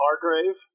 Hargrave